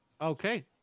Okay